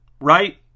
right